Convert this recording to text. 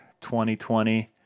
2020